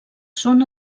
són